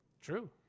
True